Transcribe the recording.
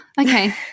okay